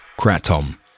Kratom